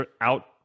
out